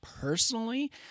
personally